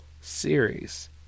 series